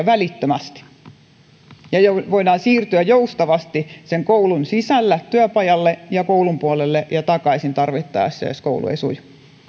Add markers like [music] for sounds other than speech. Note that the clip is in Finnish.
[unintelligible] välittömästi ja voidaan siirtyä joustavasti sen koulun sisällä työpajalle ja koulun puolelle ja takaisin tarvittaessa jos koulu ei suju